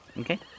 Okay